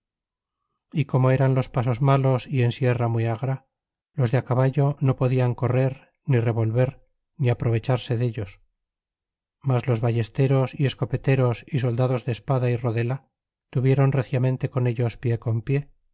y como eran los pasos malos y en sierra muy agra los de á caballo no podian correr ni revolver niaprovecharse dellos mas los ballesteros y escopeteros y soldados de espada y rodela tuvieron reciamente con ellos pie con pie